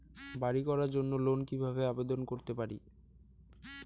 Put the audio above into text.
বাড়ি করার জন্য লোন কিভাবে আবেদন করতে পারি?